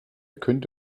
könnt